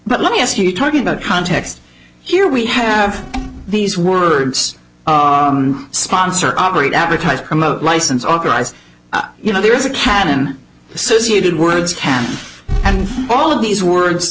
but let me ask you talking about context here we have these words sponsor operate advertise promote license authorized you know there is a canon associated words ham and all of these words